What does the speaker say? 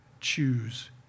choose